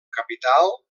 capital